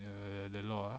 uh the law